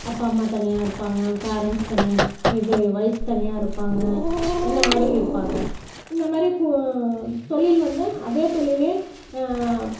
அப்பா அம்மா தனியாக இருப்பாங்க பேரன்ட்ஸ் தனியாக இது ஒய்ஃப் தனியாக இருப்பாங்க இந்த மாதிரி இருப்பாங்க இந்த மாதிரி கு தொழில் வந்து அதே தொழிலே